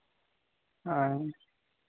ᱦᱳᱭ